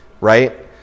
right